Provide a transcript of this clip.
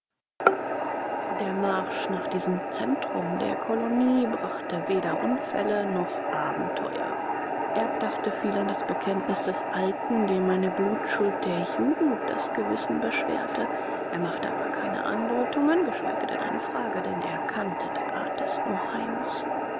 der marsch nach diesem zentrum der kolonie brachte weder unfälle noch abenteuer erb dachte viel an das bekenntnis des alten dem eine blutschuld der jugend das gewissen beschwerte er machte aber keine andeutungen geschweige denn eine frage denn er kannte die art des oheims